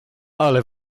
ale